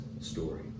story